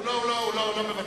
לא, הוא לא מבצע.